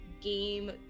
Game